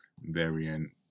variant